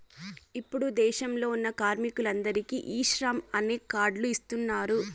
ఇప్పుడు దేశంలో ఉన్న కార్మికులందరికీ ఈ శ్రమ్ అనే కార్డ్ లు ఇస్తున్నారు